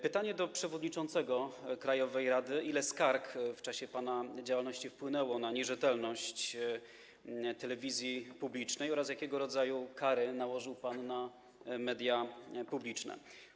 Pytanie do przewodniczącego krajowej rady: Ile skarg w czasie pana działalności wpłynęło na nierzetelność telewizji publicznej oraz jakiego rodzaju kary nałożył pan na media publiczne?